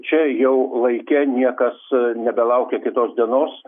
čia jau laike niekas nebelaukia kitos dienos